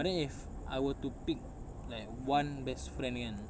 but then if I were to pick like one best friend kan